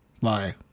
Bye